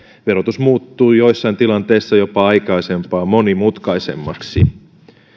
verotus muuttui joissain tilanteissa jopa aikaisempaa monimutkaisemmaksi